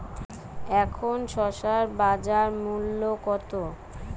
এখন শসার বাজার মূল্য কত?